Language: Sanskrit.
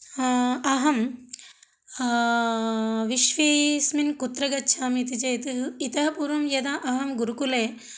अहं विश्वेस्मिन् कुत्र गच्छामि इति चेत् इतः पूर्वं यदा अहं गुरुकुले